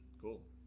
Cool